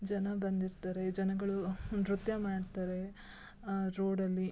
ಜನ ಬಂದಿರ್ತಾರೆ ಜನಗಳೂ ನೃತ್ಯ ಮಾಡ್ತಾರೇ ರೋಡ್ ಅಲ್ಲಿ